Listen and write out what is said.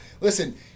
listen